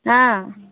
ହାଁ